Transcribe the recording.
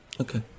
okay